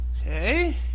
Okay